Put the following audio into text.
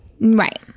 Right